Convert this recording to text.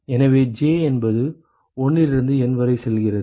எனவே j என்பது 1 இலிருந்து N வரை செல்கிறது